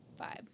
vibe